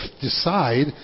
decide